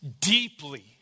deeply